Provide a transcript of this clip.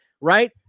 right